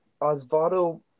Osvaldo